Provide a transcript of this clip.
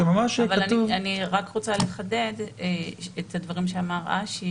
אבל אני רק רוצה לחדד את הדברים שאמר אשי